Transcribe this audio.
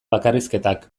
bakarrizketak